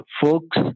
folks